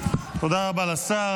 תודה רבה לשר.